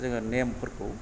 जोङो नेमफोरखौ